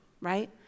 right